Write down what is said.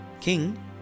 King